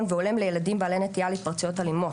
והולם לילדים בעלי נטייה להתפרצויות אלימות,